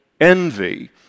Envy